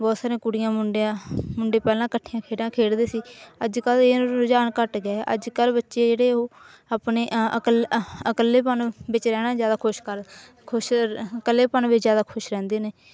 ਬਹੁਤ ਸਾਰੀਆਂ ਕੁੜੀਆਂ ਮੁੰਡਿਆਂ ਮੁੰਡੇ ਪਹਿਲਾਂ ਇਕੱਠੀਆਂ ਖੇਡਾਂ ਖੇਡਦੇ ਸੀ ਅੱਜ ਕੱਲ ਇਹ ਰੁਝਾਨ ਘੱਟ ਗਿਆ ਹੈ ਅੱਜ ਕੱਲ ਬੱਚੇ ਜਿਹੜੇ ਉਹ ਆਪਣੇ ਇਕੱਲ ਇਕੱਲੇਪਣ ਵਿੱਚ ਰਹਿਣਾ ਜ਼ਿਆਦਾ ਖੁਸ਼ ਕਰ ਖੁਸ਼ ਇਕੱਲੇਪਣ ਵਿੱਚ ਜ਼ਿਆਦਾ ਖੁਸ਼ ਰਹਿੰਦੇ ਨੇ